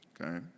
Okay